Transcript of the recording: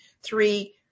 Three